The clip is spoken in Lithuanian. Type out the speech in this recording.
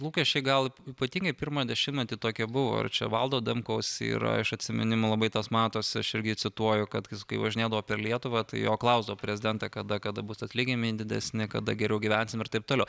lūkesčiai gal ypatingai pirmą dešimtmetį tokie buvo ir čia valdo adamkaus yra iš atsiminimų labai tas matosi aš irgi cituoju kad kai važinėdavo per lietuvą tai jo klausdavo prezidente kada kada bus atlyginimai didesni kada geriau gyvensim ir taip toliau